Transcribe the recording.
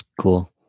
cool